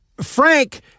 Frank